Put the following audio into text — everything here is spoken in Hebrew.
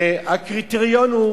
והקריטריון הוא